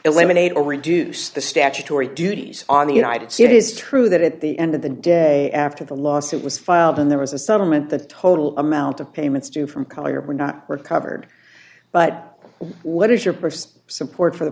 eliminate or reduce the statutory duties on the united see it is true that at the end of the day after the lawsuit was filed and there was a supplement the total amount of payments due from collier were not recovered but what is your purse support for the